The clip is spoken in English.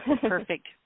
Perfect